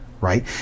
right